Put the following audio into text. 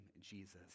Jesus